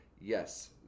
yes